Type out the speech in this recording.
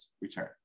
return